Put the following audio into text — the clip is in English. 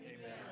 Amen